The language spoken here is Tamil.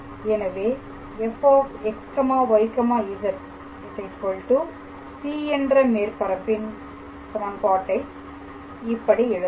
எனவே fxyz c என்ற மேற்பரப்பின் சமன்பாட்டை இப்படி எழுதலாம்